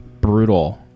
brutal